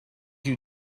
you